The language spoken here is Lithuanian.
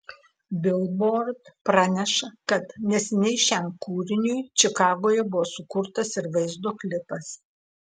bilbord praneša kad neseniai šiam kūriniui čikagoje buvo sukurtas ir vaizdo klipas